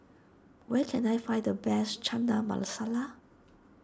where can I find the best Chana Masala